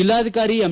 ಜಿಲ್ಲಾಧಿಕಾರಿ ಎಂ